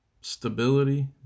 stability